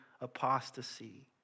apostasy